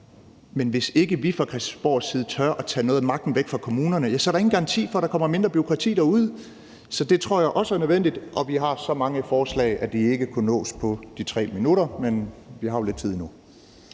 Men hvis ikke vi fra Christiansborgs side tør at tage noget af magten væk fra kommunerne, er der ingen garanti for, at der kommer mindre bureaukrati derude. Så det tror jeg også er nødvendigt. Og vi har så mange forslag, at det ikke kunne nås på de 3 minutter, men vi har jo lidt tid endnu.